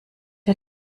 der